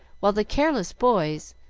while the careless boys,